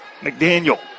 McDaniel